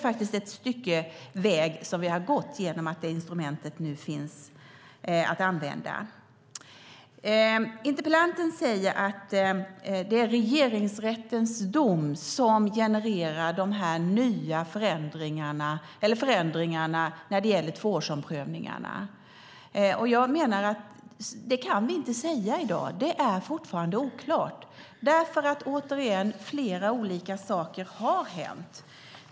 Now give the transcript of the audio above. Att detta instrument nu finns att använda är faktiskt ett stycke väg vi har gått. Interpellanten säger att det är Regeringsrättens dom som genererar förändringarna när det gäller tvåårsomprövningarna. Jag menar att vi inte kan säga det i dag. Det är fortfarande oklart, för återigen: Flera olika saker har hänt.